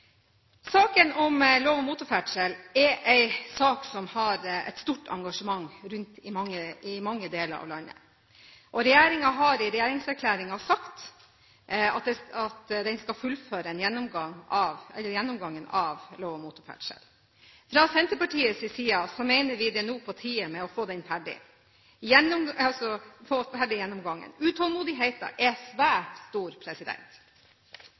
Saken om lov om motorferdsel er en sak som har et stort engasjement rundt om i mange deler i landet. Regjeringen har i regjeringserklæringen sagt at den skal fullføre gjennomgangen av lov om motorferdsel. Fra Senterpartiets side mener vi det nå er på tide å få ferdig gjennomgangen. Utålmodigheten er svært stor.